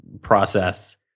process